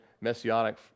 messianic